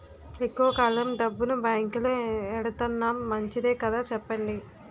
ఎక్కువ కాలం డబ్బును బాంకులో ఎడతన్నాం మంచిదే కదా చెప్పండి